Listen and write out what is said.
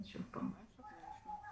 פחות או יותר.